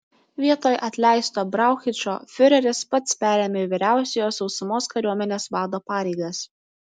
vietoj atleisto brauchičo fiureris pats perėmė vyriausiojo sausumos kariuomenės vado pareigas